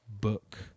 book